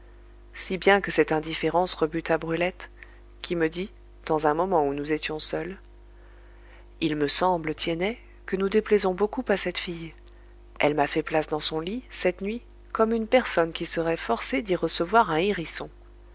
si bien que cette indifférence rebuta brulette qui me dit dans un moment où nous étions seuls il me semble tiennet que nous déplaisons beaucoup à cette fille elle m'a fait place dans son lit cette nuit comme une personne qui serait forcée d'y recevoir un hérisson